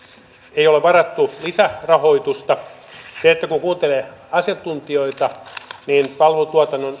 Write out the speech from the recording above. ei ole varattu lisärahoitusta kun kuuntelee asiantuntijoita niin palvelutuotannon